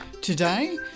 today